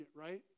right